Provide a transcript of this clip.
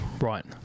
right